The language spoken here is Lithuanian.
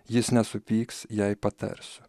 jis nesupyks jei patarsiu